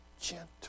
gentle